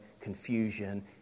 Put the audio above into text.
confusion